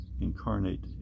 incarnate